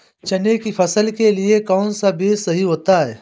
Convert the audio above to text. चने की फसल के लिए कौनसा बीज सही होता है?